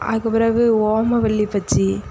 அதுக்குப் பிறகு ஓமவல்லி பஜ்ஜி